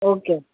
okay